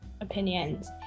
opinions